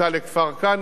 התשובה שלילית.